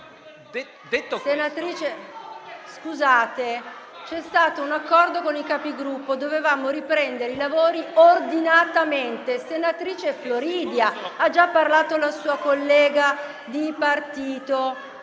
C'è stato un accordo con i Capigruppo. Dovevamo riprendere i lavori ordinatamente. Senatrice Floridia, ha già parlato la sua collega di partito.